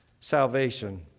salvation